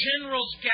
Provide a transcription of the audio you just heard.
generals